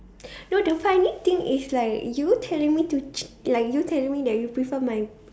no the funny thing is like you telling me to cheat like you telling me that you prefer my